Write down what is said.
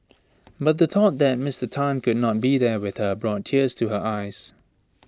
but the thought that Mister Tan could not be there with her brought tears to her eyes